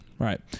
right